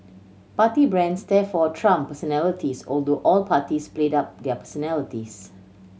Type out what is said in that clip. party brands therefore trumped personalities although all parties played up their personalities